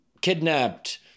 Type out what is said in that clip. kidnapped